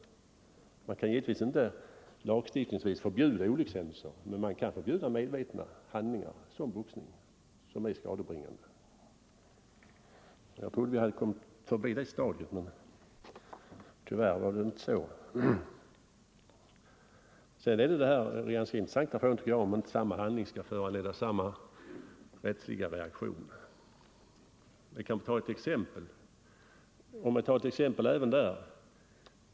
Givetvis kan man inte lagstiftningsvägen förbjuda olyckshändelser, men man kan förbjuda medvetna handlingar som är skadebringande, dvs. boxning. Jag trodde vi kommit förbi det här jämförelsestadiet men tyvärr var det inte så. Sedan har vi den intressanta frågan om inte samma handling skall föranleda samma rättsliga reaktion. Vi kan ta ett exempel.